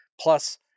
plus